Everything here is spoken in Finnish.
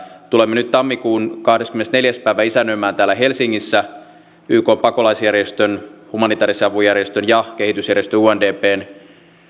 tulemme nyt tammikuun kahdeskymmenesneljäs päivä isännöimään täällä helsingissä ykn pakolaisjärjestön humanitäärisen avun järjestön ja kehitysjärjestö undpn